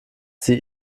sie